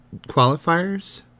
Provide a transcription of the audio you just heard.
qualifiers